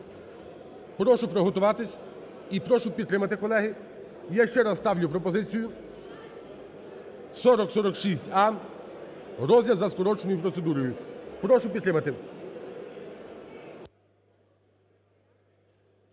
Прошу підготуватися і прошу підтримати, колеги. Я ще раз ставлю пропозицію 4046а – розгляд за скороченою процедурою. 11:03:08